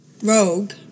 Rogue